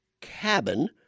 cabin